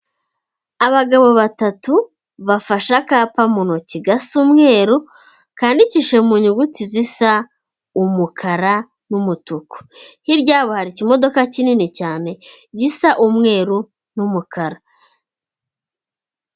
Abagabo batatu, bafashe akapa mu ntoki gasa umweru kandiikishije mu nyuguti zisa umukara n'umutuku, hirya yabo hari ikimodoka kinini cyane gisa umweru n'umukara.